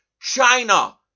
china